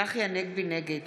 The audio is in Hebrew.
נגד